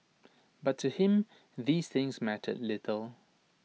but to him these things mattered little